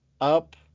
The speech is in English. up